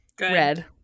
Red